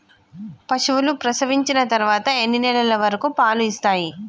పశువులు ప్రసవించిన తర్వాత ఎన్ని నెలల వరకు పాలు ఇస్తాయి?